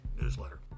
newsletter